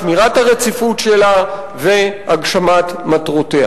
שמירת הרציפות שלה והגשמת מטרותיה